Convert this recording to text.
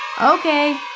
Okay